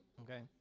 Okay